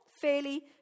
fairly